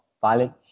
violent